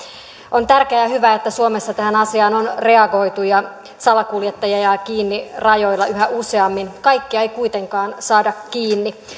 on tärkeää ja hyvä että suomessa tähän asiaan on reagoitu ja salakuljettajia jää kiinni rajoilla yhä useammin kaikkia ei kuitenkaan saada kiinni